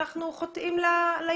אנחנו חוטאים ליעד.